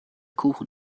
kuchen